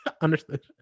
Understood